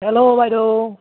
hello বাইদেউ